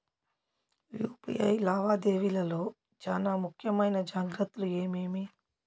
UPI లావాదేవీల లో చానా ముఖ్యమైన జాగ్రత్తలు ఏమేమి?